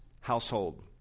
household